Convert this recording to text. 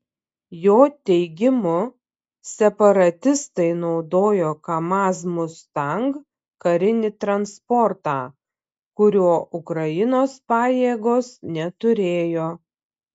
jo teigimu separatistai naudojo kamaz mustang karinį transportą kurio ukrainos pajėgos neturėjo